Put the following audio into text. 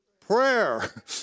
prayer